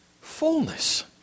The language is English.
fullness